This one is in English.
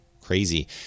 crazy